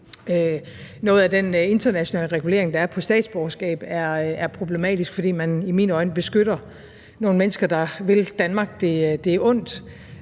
noget af den internationale regulering, der er i forhold til statsborgerskab, er problematisk, fordi man i mine øjne beskytter nogle mennesker, der vil Danmark det ondt.